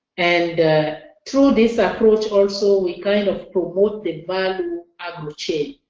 and through this ah approach also, we kind of promote the value agro chain.